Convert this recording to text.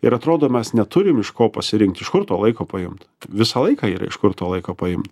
ir atrodo mes neturim iš ko pasirinkt iš kur to laiko paimt visą laiką yra iš kur to laiko paimt